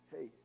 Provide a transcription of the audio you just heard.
Hey